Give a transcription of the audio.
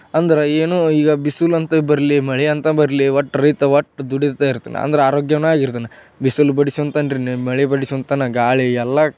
ಅಂದರೆ ಏನು ಈಗ ಬಿಸಿಲಂತೂ ಬರಲಿ ಮಳೆ ಅಂತ ಬರಲಿ ಒಟ್ಟು ರೈತ ಒಟ್ಟು ದುಡೀತಾ ಇರ್ತಾನೆ ಅಂದ್ರೆ ಆರೋಗ್ಯನೇ ಇರ್ತಾನೆ ಬಿಸ್ಲು ಮಳೆ ಬಡಿಸೊಂತನ ಗಾಳಿ ಎಲ್ಲ